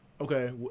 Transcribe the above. Okay